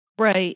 Right